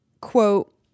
quote